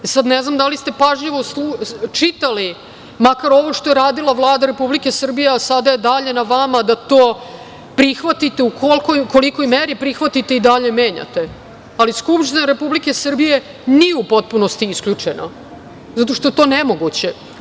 Ne znam da li ste pažljivo čitali makar ovo što je radila Vlada Republike Srbije, a sada je dalje na vama da to prihvatite i u kolikoj meri prihvatite i dalje menjate, ali Skupština Republike Srbije nije u potpunosti isključena, zato što je to nemoguće.